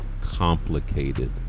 complicated